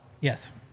Yes